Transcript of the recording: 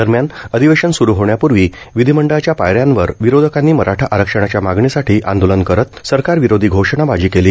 दरम्यान अधिवेशन सूरु होण्यापूर्वी विधीमंडळाच्या पायऱ्यांवर विरोधकांनी मराठा आरक्षणाच्या मागणीसाठी आंदोलन करत सरकारविरोधी घोषणाबाजी केली